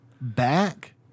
back